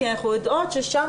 כי אנחנו יודעים שזה